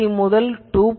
3 முதல் 2